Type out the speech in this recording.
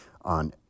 on